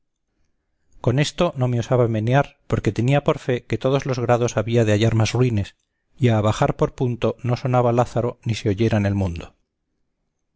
con esto no me osaba menear porque tenía por fe que todos los grados había de hallar más ruines y a abajar otro punto no sonara lázaro ni se oyera en el mundo